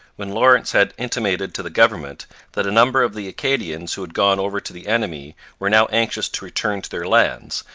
when lawrence had intimated to the government that a number of the acadians who had gone over to the enemy were now anxious to return to their lands,